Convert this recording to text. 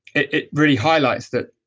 it it really highlights that